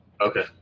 Okay